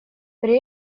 при